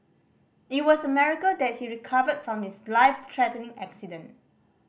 it was a miracle that he recovered from his life threatening accident